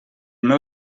meu